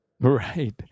Right